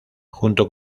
junto